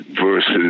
versus